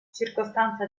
circostanza